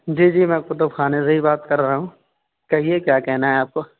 جی جی میں کتب خانے سے ہی بات کر رہا ہوں کہیے کیا کہنا ہے آپ کو